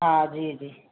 हा जी जी